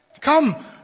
Come